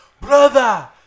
brother